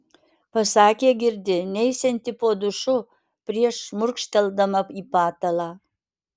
pasakė girdi neisianti po dušu prieš šmurkšteldama į patalą